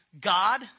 God